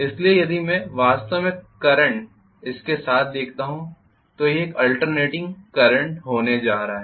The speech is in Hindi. इसलिए यदि मैं वास्तव में करंट इसके साथ देखता हूं तो यह आल्टर्नेटिंग करंट होने जा रहा है